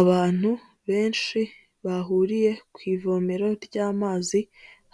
Abantu benshi bahuriye ku ivomero ry'amazi,